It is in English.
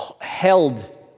held